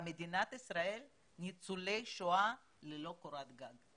במדינת ישראל יש ניצולי שואה ללא קורת גג.